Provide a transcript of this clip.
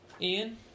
Ian